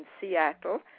Seattle